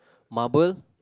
marble